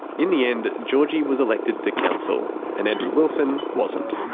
in the end, georgie was elected to council and andrew wilson wasn't.